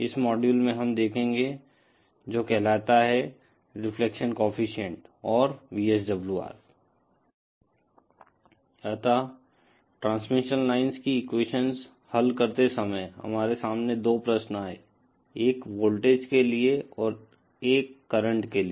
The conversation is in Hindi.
इस मॉड्यूल में हम देखेंगे जो कहलाता है रिफ्लेक्शन कोईफिशिएंट और VSWR अतः ट्रांसमिशन लाइन्स की एक्वेशन्स हल करते समय हमारे सामने दो प्रश्न आये एक वोल्टेज के लिए और एक करंट के लिए